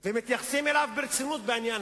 הצהרות שריה, כוונות ראשיה ומדיניותה בעניין